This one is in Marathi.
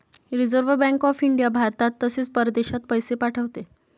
रिझर्व्ह बँक ऑफ इंडिया भारतात तसेच परदेशात पैसे पाठवते